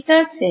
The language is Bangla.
ঠিক আছে